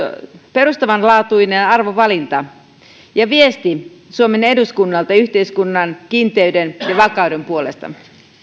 perustavanlaatuinen arvovalinta ja viesti suomen eduskunnalta yhteiskunnan kiinteyden ja vakauden puolesta